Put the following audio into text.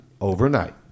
overnight